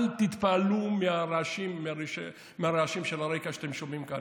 אל תתפעלו מרעשי הרקע שאתם שומעים כאן.